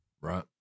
right